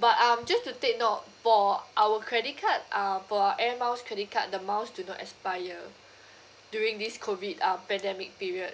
but um just to take note for our credit card uh for air miles credit card the miles do not expire during this COVID um pandemic period